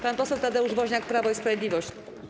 Pan poseł Tadeusz Woźniak, Prawo i Sprawiedliwość.